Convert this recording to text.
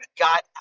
got